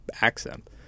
accent